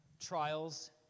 trials